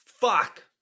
Fuck